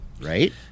right